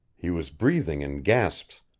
he was breathing in gasps,